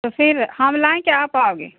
तो फिर हम लाएँ कि आप आओगे